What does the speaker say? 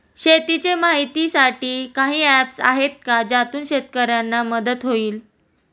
शेतीचे माहितीसाठी काही ऍप्स आहेत का ज्यातून शेतकऱ्यांना मदत होईल?